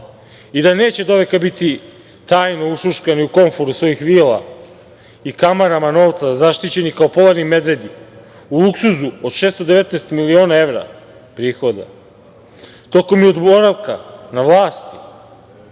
i da neće doveka biti tajno ušuškani u komforu svojih vila i kamarama novca zaštićeni kao polarni medvedi, u luksuzu od 619 miliona evra prihoda, tokom boravka na vlasti